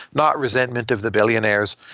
not resentment of the billionaires.